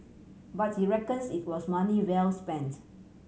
but he reckons it was money well spent